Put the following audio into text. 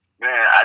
Man